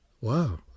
Wow